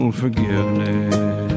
forgiveness